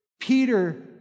Peter